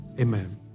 Amen